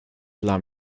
dla